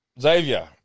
Xavier